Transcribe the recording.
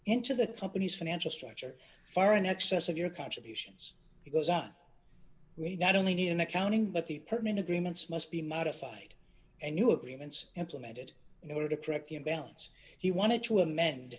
into the company's financial structure far in excess of your contributions he goes on we not only need an accounting but the permanent agreements must be modified and new agreements implemented in order to correct the imbalance he wanted to amend